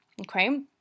okay